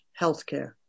healthcare